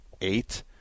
eight